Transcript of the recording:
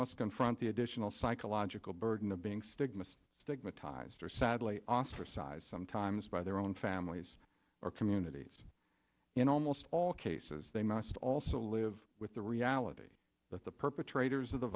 must confront the additional psychological burden of being stigmatized stigmatized or sadly ostracized sometimes by their own families or communities in almost all cases they must also live with the reality that the perpetrators of the